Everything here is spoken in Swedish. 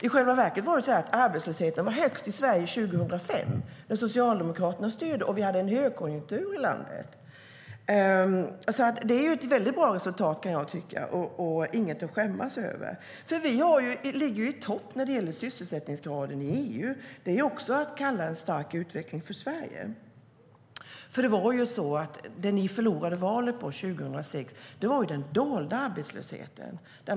I själva verket var arbetslösheten högst i Sverige 2005, när Socialdemokraterna styrde och vi hade högkonjunktur i landet. Jag kan tycka att det är ett väldigt bra resultat. Det är inget att skämmas över. Vi ligger i topp när det gäller sysselsättningsgraden i EU. Det kan man också kalla en stark utveckling för Sverige. Det ni förlorade valet på 2006 var den dolda arbetslösheten.